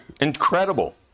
incredible